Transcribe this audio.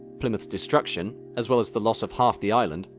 plymouth's destruction, as well as the loss of half the island,